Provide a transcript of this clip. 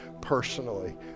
personally